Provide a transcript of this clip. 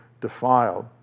defiled